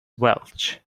welch